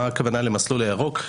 מה הכוונה המסלול הירוק?